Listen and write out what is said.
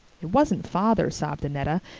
it wasn't father sobbed annetta,